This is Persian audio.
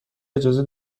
اجازه